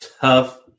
tough